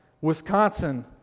Wisconsin